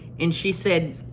and she said,